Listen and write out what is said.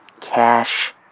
Cash